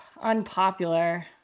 unpopular